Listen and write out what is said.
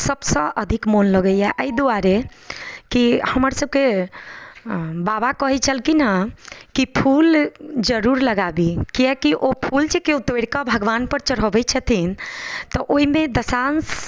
सभसँ अधिक मोन लगैए एहि दुआरे कि हमर सभके बाबा कहै छलखिन हेँ कि फूल जरूर लगाबी किएक कि ओ फूल जे केओ तोड़िकऽ भगवानपर चढ़ाबै छथिन तऽ ओहिमे दसांश